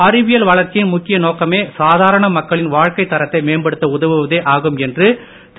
அறிவியல் வளர்ச்சியின் முக்கிய நோக்கமே சாதாரண மக்களின் வாழ்க்கைதாத்தை மேம்படுத்த உதவுவதே ஆகும் என்று திரு